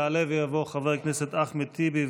יעלה ויבוא חבר הכנסת אחמד טיבי,